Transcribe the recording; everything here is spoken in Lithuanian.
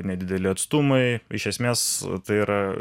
nedideli atstumai iš esmės tai yra